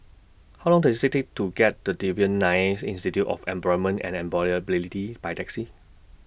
How Long Does IT Take to get to Devan Nair Institute of Employment and Employability By Taxi